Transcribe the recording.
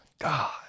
God